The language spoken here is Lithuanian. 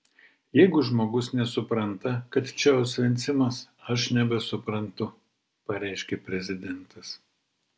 jeigu žmogus nesupranta kad čia osvencimas aš nebesuprantu pareiškė prezidentas